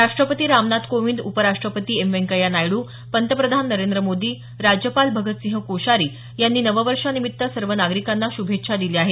राष्टपती रामनाथ कोविंद उपराष्टपती एम व्यंकय्या नायडू पंतप्रधान नरेंद्र मोदी राज्यपाल भगतसिंह कोश्यारी यांनी नववर्षानिमित्त सर्व नागरिकांना श्रभेच्छा दिल्या आहेत